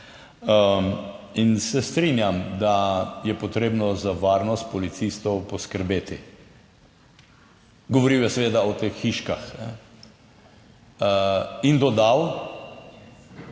in se strinjam, da je potrebno za varnost policistov poskrbeti. Govoril je seveda o teh hiškah in dodal